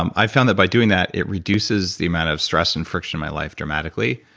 um i found that by doing that, it reduces the amount of stress and friction in my life dramatically.